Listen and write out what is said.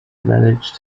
managed